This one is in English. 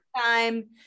time